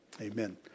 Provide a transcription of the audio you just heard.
Amen